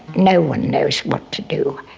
no one knows what to do.